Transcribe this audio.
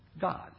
God